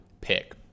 pick